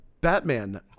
Batman